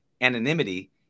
anonymity